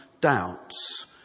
doubts